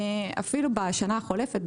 אפילו בשנה החולפת,